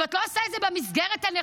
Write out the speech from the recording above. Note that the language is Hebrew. אם את לא עושה את זה במסגרת הנכונה,